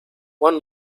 one